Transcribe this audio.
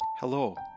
Hello